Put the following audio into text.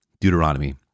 Deuteronomy